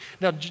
Now